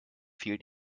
fehlt